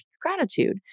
gratitude